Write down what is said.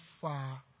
far